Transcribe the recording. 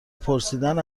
پرسیدن